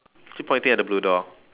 keep pointing at the blue door